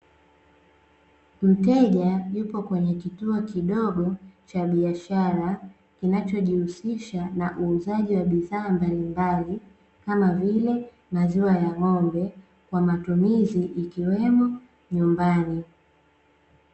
Mteja yupo kwenye kituo kidogo cha biashara kinachojihusisha na uuzaji wa bidhaa mbalimbali kama vile, maziwa ya ng'ombe kwa matumizi ikiwemo nyumbani.